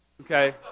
okay